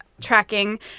tracking